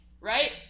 right